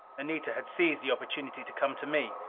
anita had seized the opportunity to come to me.